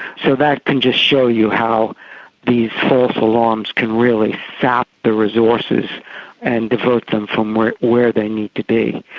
so that can just show you how these false alarms can really sap the resources and divert them from where where they need to be.